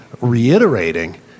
reiterating